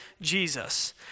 Jesus